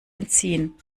entziehen